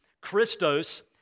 Christos